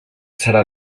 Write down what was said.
serà